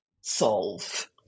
solve